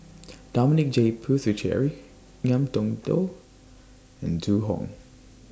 Dominic J Puthucheary Ngiam Tong Dow and Zhu Hong